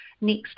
next